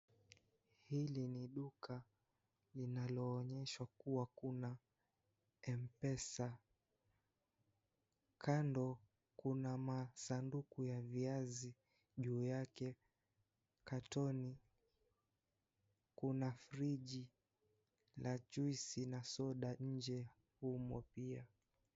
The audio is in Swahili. Hili ni duka linaloonyesha kuwa Kuna mpesa , kando Kuna masanduku ya viasi juu yake, katoni Kuna frijo la juisi na soda nje umo pia